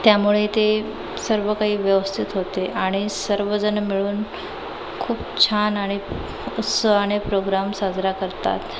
त्यामुळे ते सर्वकाही व्यवस्थित होते आणि सर्वजण मिळून खूप छान आणि उत्साहाने प्रोग्राम साजरा करतात